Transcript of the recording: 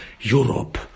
Europe